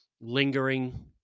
lingering